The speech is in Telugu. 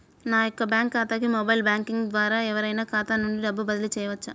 నా యొక్క బ్యాంక్ ఖాతాకి మొబైల్ బ్యాంకింగ్ ద్వారా ఎవరైనా ఖాతా నుండి డబ్బు బదిలీ చేయవచ్చా?